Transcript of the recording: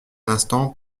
l’instant